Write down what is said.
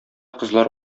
кызлар